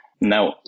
Now